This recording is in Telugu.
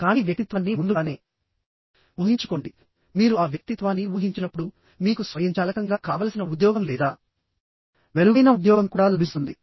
కానీ వ్యక్తిత్వాన్ని ముందుగానే ఊహించుకోండి మీరు ఆ వ్యక్తిత్వాన్ని ఊహించినప్పుడు మీకు స్వయంచాలకంగా కావలసిన ఉద్యోగం లేదా మెరుగైన ఉద్యోగం కూడా లభిస్తుంది